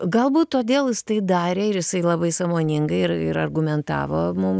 galbūt todėl jis tai darė ir jisai labai sąmoningai ir ir argumentavo mum